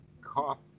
cop